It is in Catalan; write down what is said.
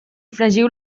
fregiu